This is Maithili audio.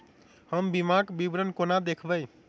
हम बीमाक विवरण कोना देखबै?